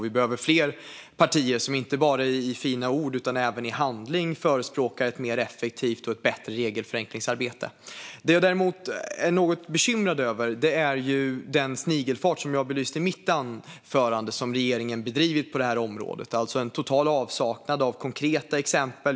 Vi behöver fler partier som inte bara i fina ord utan även i handling förespråkar ett mer effektivt och bättre regelförenklingsarbete. Det jag däremot är något bekymrad över är det som jag belyste i mitt anförande: den snigelfart med vilken regeringen har bedrivit arbetet på detta område. Det är alltså en total avsaknad av konkreta exempel.